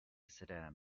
saddam